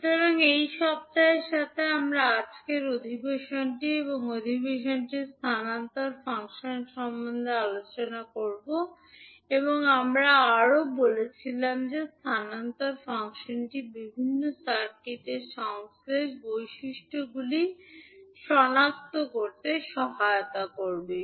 সুতরাং এই সপ্তাহের সাথে আমরা আজকের অধিবেশনটি এবং এই অধিবেশনটি স্থানান্তর ফাংশন সম্পর্কে আলোচনা করব close এবং আমরা আরও বলেছিলাম যে স্থানান্তর ফাংশনটি বিভিন্ন সার্কিট সংশ্লেষ বৈশিষ্ট্যগুলি সনাক্ত করতে সহায়তা করবে